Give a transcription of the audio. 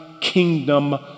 kingdom